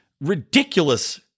ridiculous